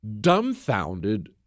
dumbfounded